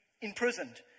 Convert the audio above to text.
imprisoned